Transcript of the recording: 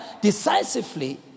decisively